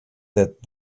that